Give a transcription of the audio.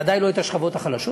ודאי לא את השכבות החלשות,